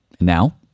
Now